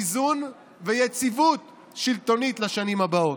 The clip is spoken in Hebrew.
איזון ויציבות שלטונית לשנים הבאות.